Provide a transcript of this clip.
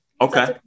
Okay